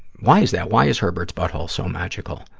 why is that? why is herbert's butthole so magical?